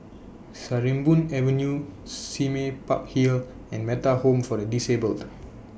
Sarimbun Avenue Sime Park Hill and Metta Home For The Disabled